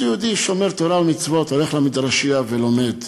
אז יהודי שומר תורה ומצוות הולך למדרשה ולומד.